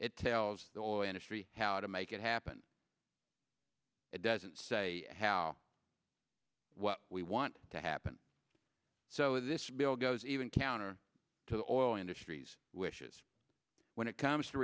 it tells the oil industry how to make it happen it doesn't say how well we want to happen so this bill goes even counter to the oil industry's wishes when it comes to